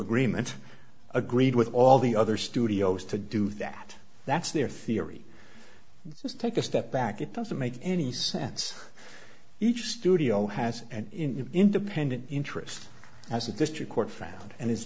agreement agreed with all the other studios to do that that's their theory just take a step back it doesn't make any sense each studio has an independent interest as a district court found and is